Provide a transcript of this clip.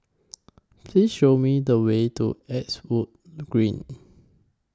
Please Show Me The Way to Eastwood Green